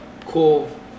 cool